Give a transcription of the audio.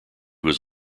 was